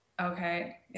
Okay